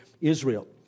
Israel